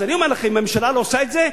אז אני אומר לכם: אם הממשלה לא עושה את זה,